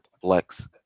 flex